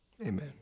Amen